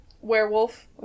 Werewolf